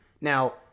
Now